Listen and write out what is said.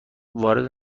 وارد